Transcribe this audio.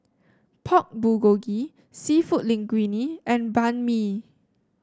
Pork Bulgogi seafood Linguine and Banh Mi